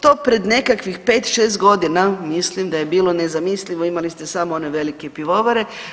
To pred nekakvih 5-6 godina mislim da je bilo nezamislivo, imali ste samo one velike pivovare.